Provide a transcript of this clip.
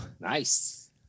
Nice